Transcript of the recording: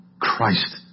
Christ